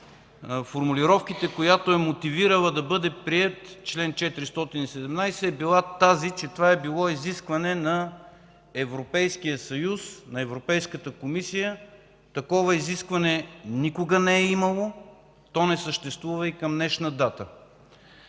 от формулировките, която е мотивирала да бъде приет чл. 417, е била тази, че това е било изискване на Европейския съюз, на Европейската комисия. Такова изискване никога не е имало, то не съществува и към днешна дата.